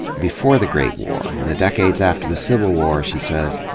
before the great war, in the decades after the civil war, she says,